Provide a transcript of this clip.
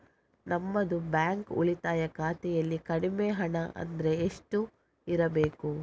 ನಮ್ಮದು ಬ್ಯಾಂಕ್ ಉಳಿತಾಯ ಖಾತೆಯಲ್ಲಿ ಕಡಿಮೆ ಹಣ ಅಂದ್ರೆ ಎಷ್ಟು ಇರಬೇಕು?